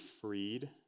freed